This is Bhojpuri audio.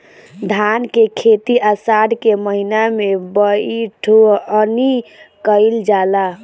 धान के खेती आषाढ़ के महीना में बइठुअनी कइल जाला?